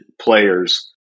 players